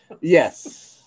yes